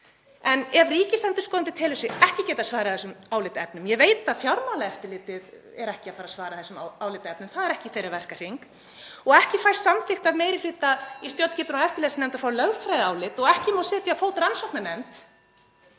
En ef ríkisendurskoðandi telur sig ekki geta svarað þessum álitaefnum — ég veit að Fjármálaeftirlitið er ekki að fara að svara þessum álitaefnum, það er ekki í verkahring þess — og ekki fæst samþykkt af meiri hluta í stjórnskipunar- og eftirlitsnefnd að fá lögfræðiálit og ekki má setja á fót rannsóknarnefnd,